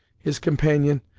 his companion,